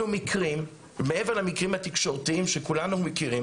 מעבר למקרים התקשורתיים שכולנו מכירים,